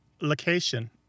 location